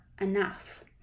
enough